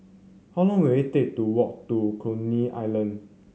how long will it take to walk to Coney Island